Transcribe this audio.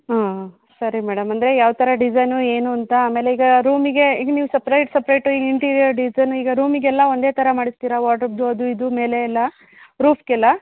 ಹ್ಞೂ ಸರಿ ಮೇಡಮ್ ಅಂದರೆ ಯಾವ ಥರ ಡಿಸೈನು ಏನು ಅಂತ ಆಮೇಲೆ ಈಗ ರೂಮಿಗೆ ಈಗ ನೀವು ಸಪ್ರೇಟ್ ಸಪ್ರೇಟು ಈ ಇಂಟೀರಿಯರ್ ಡಿಸೈನು ಈಗ ರೂಮಿಗೆಲ್ಲ ಒಂದೇ ಥರ ಮಾಡ್ಸ್ತೀರೋ ವಾಡ್ರೋಬ್ದು ಅದು ಇದು ಮೇಲೆ ಎಲ್ಲ ರೂಫ್ಗೆಲ್ಲ